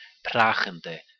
prachende